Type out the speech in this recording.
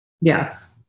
Yes